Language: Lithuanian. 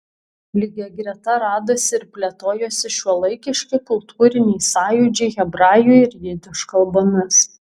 lygia greta radosi ir plėtojosi šiuolaikiški kultūriniai sąjūdžiai hebrajų ir jidiš kalbomis